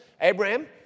Abraham